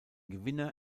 gewinner